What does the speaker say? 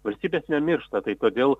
valstybės nemiršta tai todėl